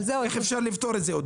השאלה איך אפשר לפתור את זה.